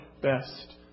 best